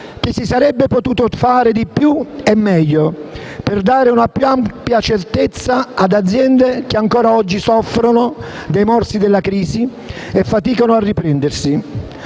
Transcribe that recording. che si sarebbe potuto fare di più e meglio per dare una più ampia certezza ad aziende che ancora oggi soffrono i morsi della crisi e faticano a riprendersi.